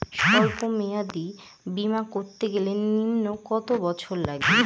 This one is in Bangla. সল্প মেয়াদী বীমা করতে গেলে নিম্ন কত বছর লাগে?